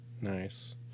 nice